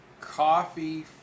coffee